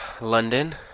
London